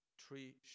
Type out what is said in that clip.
three